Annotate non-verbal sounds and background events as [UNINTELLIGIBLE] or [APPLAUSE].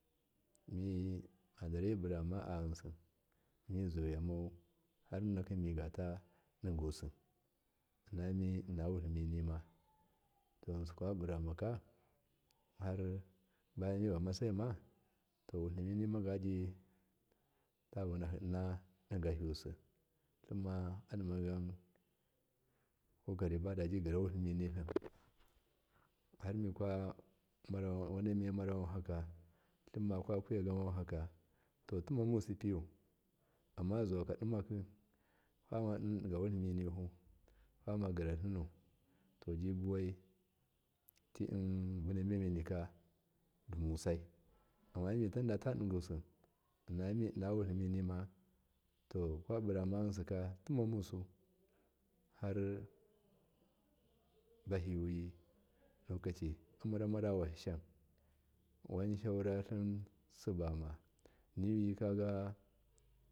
Mii adare burama ayinsi mizuyamau harni migata digusi innani wutliminina to yinsi kwaburaka buyan mibamasai wutliminima tavunahi inna digah yusi tlima adinagam kokari badegirawutliminitlim harmikwa wane miyemara wankaka tlima kwakwi ya gam wankaka to timamusi piyu amma zukadimaki fama digawatliminihu famagiratlinu to jibuwai vuna memenika dimusai amma matanda tadigusi inna milnnna watleminima to kwaburama yinsika timamusu harbahiwi lokoci amaramara washashan waji shaura shan subama [UNINTELLIGIBLE] bama.